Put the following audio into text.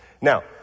Now